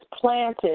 planted